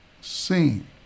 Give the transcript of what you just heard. seen